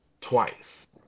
twice